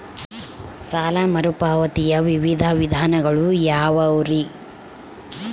ಸಾಲ ಮರುಪಾವತಿಯ ವಿವಿಧ ವಿಧಾನಗಳು ಯಾವ್ಯಾವುರಿ?